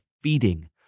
feeding